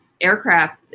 aircraft